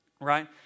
Right